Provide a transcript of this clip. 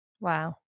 Wow